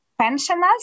pensioners